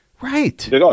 Right